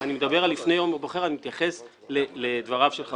אני מדבר על לפני יום הבוחר.